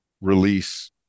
release